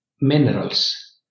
minerals